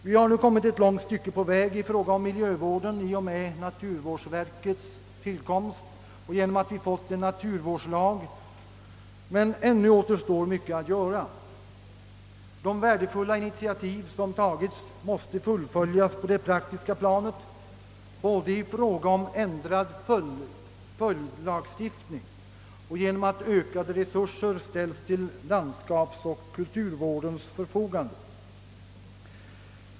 Vi har nu kommit ett långt stycke på väg i fråga om miljövården i och med naturvårdsverkets tillkomst och antagandet av en naturvårdslag. Men ännu återstår mycket att göra. De värdefulla initiativ som tagits måste fullföljas på det praktiska planet: naturvårdslagen kräver följdlagstiftning och ökade resurser måste ställas till landsskapsoch kulturvårdens förfogande.